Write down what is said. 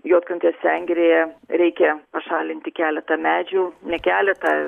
juodkrantės sengirėje reikia pašalinti keletą medžių ne keletą